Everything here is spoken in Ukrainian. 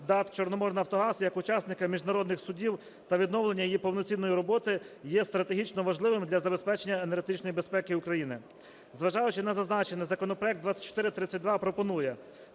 ДАТ "Чорноморнафтогаз" як учасника міжнародних судів та відновлення її повноцінної роботи є стратегічно важливим для забезпечення енергетичної безпеки України. Зважаючи на зазначене, законопроект 2432 пропонує